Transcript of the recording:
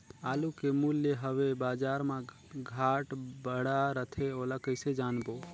आलू के मूल्य हवे बजार मा घाट बढ़ा रथे ओला कइसे जानबो?